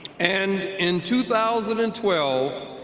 and in two thousand and twelve,